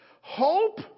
hope